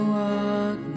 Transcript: walk